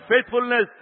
faithfulness